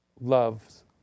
loves